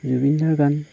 জুবিন দাৰ গান